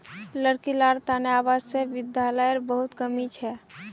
लड़की लार तने आवासीय विद्यालयर बहुत कमी छ